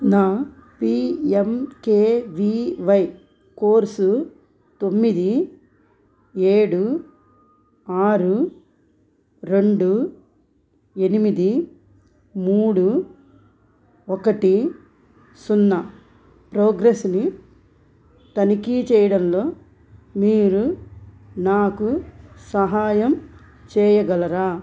నా P M K V Y course తొమ్మిది ఏడు ఆరు రెండు ఎనిమిది మూడు ఒకటి సున్నా ప్రోగ్రెస్ని తనిఖీ చెయ్యడంలో మీరు నాకు సహాయం చేయగలరా